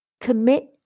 commit